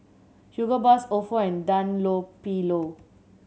Hugo Boss Ofo and Dunlopillo